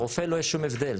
הרופא, לא יהיה שום הבדל.